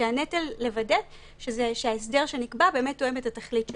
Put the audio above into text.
כלומר הנטל הוא לוודא שההסדר שנקבע באמת תואם את התכלית שלו.